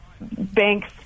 banks